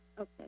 Okay